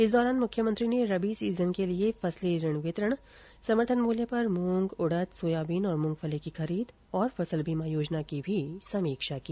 इस दौरान मुख्यमंत्री ने रबी सीजन के लिए फसली ऋण वितरण समर्थन मूल्य पर मूंग उडद सोयाबीन और मूंगफली की खरीद फसल बीमा योजना की भी समीक्षा की